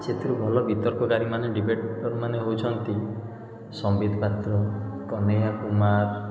ସେଥିରୁ ଭଲ ବିତର୍କକାରି ମାନେ ଡିବେଟ୍ରମାନେ ହେଉଛନ୍ତି ସମ୍ବିତ ପାତ୍ର କହ୍ନେୟା କୁମାର